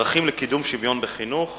דרכים לקידום שוויון בחינוך.